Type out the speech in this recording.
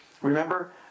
Remember